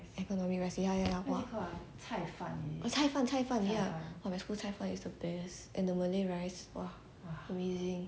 economic rice ya ya !wah! 菜饭菜饭 ya !wah! my school 菜饭 is the best and the malay rice !wah! amazing